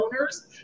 owners